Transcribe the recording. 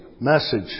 message